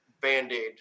band-aid